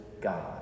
God